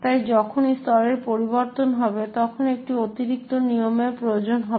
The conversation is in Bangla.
তাই যখনই স্তরের পরিবর্তন হবে তখন একটি অতিরিক্ত নিয়মের প্রয়োজন হবে